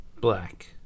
Black